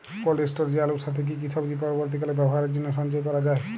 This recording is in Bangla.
কোল্ড স্টোরেজে আলুর সাথে কি কি সবজি পরবর্তীকালে ব্যবহারের জন্য সঞ্চয় করা যায়?